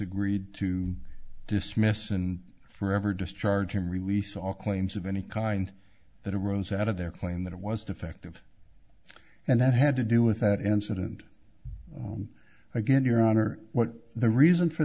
agreed to dismiss and forever discharge and release all claims of any kind that arose out of their claim that it was defective and that had to do with that incident again your honor what the reason for